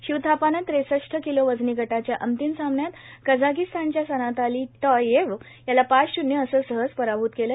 शिव थापानं ट्रेसष्ट किलो वजनी गटाच्या अंतिम सामन्यात कझागिस्तानच्या सनाताली टॉल्टायेव्ह याला पाच शून्य असं सहज पराभूत केलं